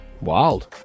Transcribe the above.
Wild